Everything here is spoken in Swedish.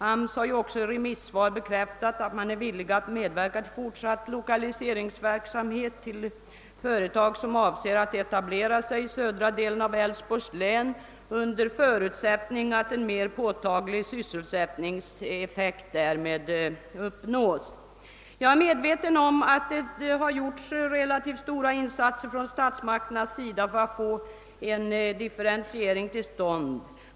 AMS har ju också i remissvar bekräftat att man är villig att medverka till fortsatt lokaliseringsverksamhet beträffande företag som avser att etablera sig i södra delen av Älvsborgs län, under förutsättning att en mer påtaglig sysselsättningseffekt därmed uppnås. Jag är medveten om att det har gjorts relativt stora insatser från statsmakternas sida för att få en differentiering till stånd.